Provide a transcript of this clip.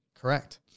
Correct